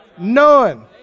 None